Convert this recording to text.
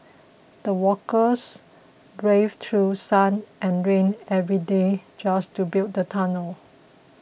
the workers braved through sun and rain every day just to build the tunnel